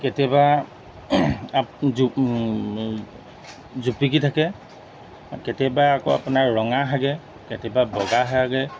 কেতিয়াবা জুপিকি থাকে কেতিয়াবা আকৌ আপোনাৰ ৰঙা হাগে কেতিয়াবা বগা হাগে